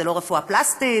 זאת לא רפואה פלסטית,